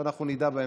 ואנחנו נדע בהמשך,